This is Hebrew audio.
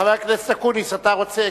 חבר הכנסת, אתה רוצה?